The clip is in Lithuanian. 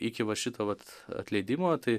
iki va šito vat atleidimo tai